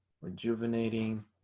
rejuvenating